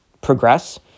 progress